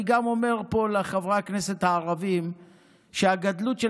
אני גם אומר פה לחברי הכנסת הערבים שהגדלות של